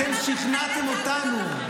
אתם שכנעתם אותנו.